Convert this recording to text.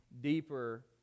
deeper